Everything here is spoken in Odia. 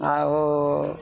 ଆଉ